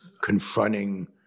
confronting